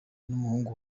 n’umuhungu